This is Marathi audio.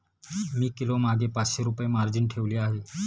मी किलोमागे पाचशे रुपये मार्जिन ठेवली आहे